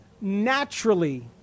naturally